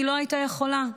היא לא הייתה יכולה?